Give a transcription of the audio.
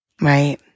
Right